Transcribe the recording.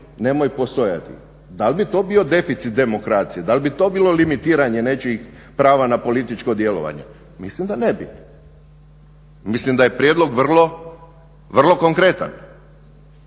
nemoj postojati. Da li bi to bio deficit demokracije? Da li bi to bilo limitiranje nečijih prava na političko djelovanje? Mislim da ne bi. Mislim da je prijedlog vrlo konkretan.